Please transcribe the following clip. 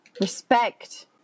Respect